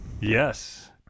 Yes